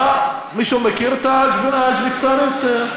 מישהו מכיר את הגבינה השוויצרית?